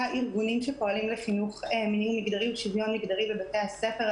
ארגונים שפועלים לחינוך מיני-מגדרי ולשוויון מגדרי בבתי הספר.